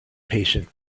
patient